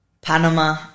Panama